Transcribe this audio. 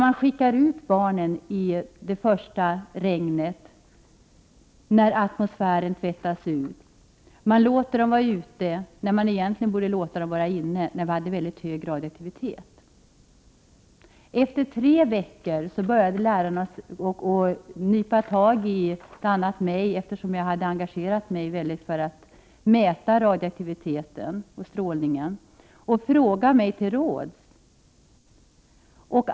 Man skickade ut barnen i det första regnet, när atmosfären tvättades ur, och lät dem vara ute när de egentligen borde ha hållits inne, när radioaktiviteten var väldigt hög. Efter tre veckor började lärarna nypa tag i bl.a. mig, eftersom jag hade engagerat mig starkt för att bl.a. mäta strålningen, och fråga mig till råds.